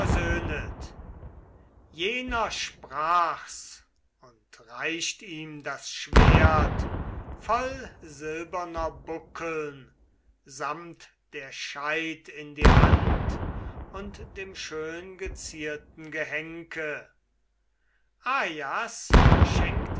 jener sprach's und reicht ihm das schwert voll silberner buckeln samt der scheid in die hand und dem schöngezierten gehenke als